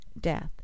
death